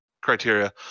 criteria